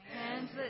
hands